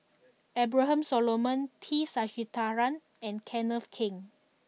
Abraham Solomon T Sasitharan and Kenneth Keng